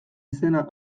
izena